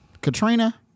Katrina